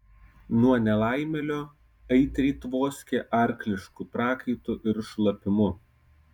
nuo nelaimėlio aitriai tvoskė arklišku prakaitu ir šlapimu